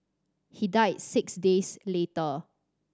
he died six days later